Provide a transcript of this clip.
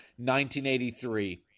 1983